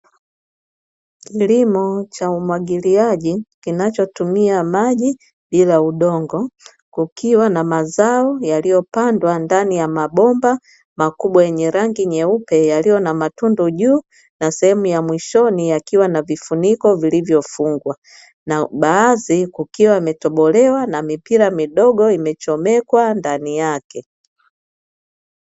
Kilimo cha umwagiliaji kinachotumia maji bila udongo kukiwa na mazao yaliyopandwa ndani ya mabomba makubwa yenye rangi nyeupe yaliyo na matundu juu na sehemu ya mwishoni yakiwa na vifuniko vilivyofungwa na baadhi kukiwa yametobolewa na mipira midogo imechomekwa ndani yake.